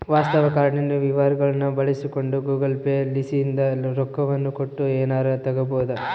ವಾಸ್ತವ ಕಾರ್ಡಿನ ವಿವರಗಳ್ನ ಬಳಸಿಕೊಂಡು ಗೂಗಲ್ ಪೇ ಲಿಸಿಂದ ರೊಕ್ಕವನ್ನ ಕೊಟ್ಟು ಎನಾರ ತಗಬೊದು